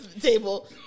table